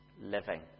living